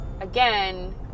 again